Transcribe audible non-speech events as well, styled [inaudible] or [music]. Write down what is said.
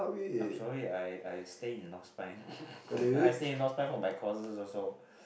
I'm sorry I I stay in North Spine [laughs] I stay in North Spine for my courses also